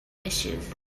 issues